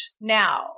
Now